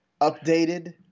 updated